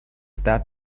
that